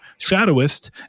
Shadowist